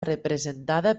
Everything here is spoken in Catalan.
representada